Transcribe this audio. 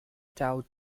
tau